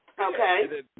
Okay